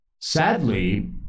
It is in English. Sadly